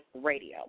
radio